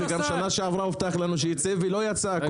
וגם שנה שעברה הובטח לנו שהקול הקורא הזה ייצא והוא לא יצא.